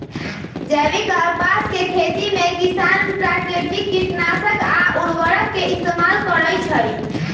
जैविक कपास के खेती में किसान प्राकिरतिक किटनाशक आ उरवरक के इस्तेमाल करई छई